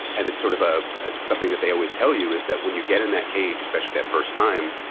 and it's sort of ah something that they always tell you, is that when you get in that cage, especially that first time,